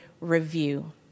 review